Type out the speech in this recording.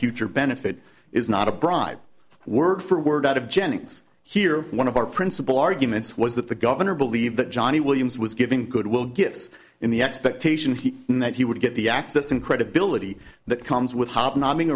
future benefit is not a bribe word for word out of jennings here one of our principal arguments was that the governor believed that johnny williams was given goodwill gifts in the expectation he knew that he would get the access and credibility that comes with hobnobbing